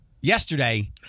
Yesterday